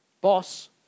Boss